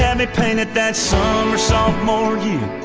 yeah me paint it that summer sophomore year